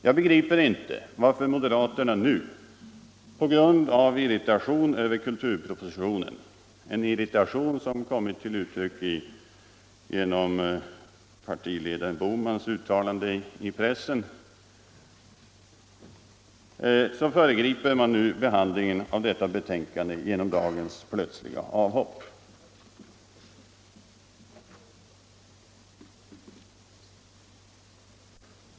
Jag begriper inte varför moderaterna nu på grund av irritation över kulturpropositionen — en irritation som kommit till uttryck genom partiledaren Bohmans uttalanden i pressen — föregriper behandlingen av detta betänkande genom dagens plötsliga avhopp.